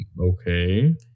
Okay